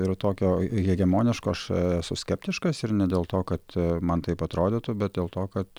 ir tokio hegemoniško aš esu skeptiškas ir ne dėl to kad man taip atrodytų bet dėl to kad